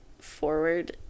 forward